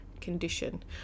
condition